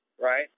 right